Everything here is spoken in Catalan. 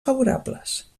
favorables